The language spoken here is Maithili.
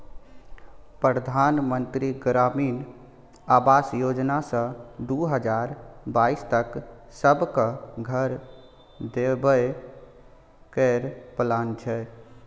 परधान मन्त्री ग्रामीण आबास योजना सँ दु हजार बाइस तक सब केँ घर देबे केर प्लान छै